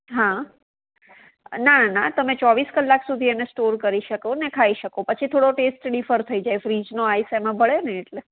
હા ના ના તમે ચોવીસ કલાક સુધી એને સ્ટોર કરી શકો ને ખાઈ શકો પછી થોડો ટેસ્ટ ડિફર થઈ જાય ફ્રીજનો આઇસ એમા ભળેને એટલે